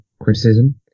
criticism